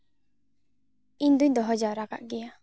ᱤᱧᱫᱚᱹᱧ ᱫᱚᱦᱚ ᱡᱟᱣᱨᱟ ᱠᱟᱜ ᱜᱮᱭᱟ